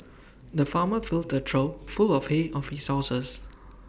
the farmer filled A trough full of hay of his horses